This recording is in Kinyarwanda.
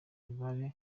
mibare